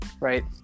Right